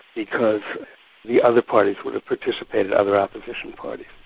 because the other parties would have participated, other opposition parties,